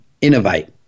innovate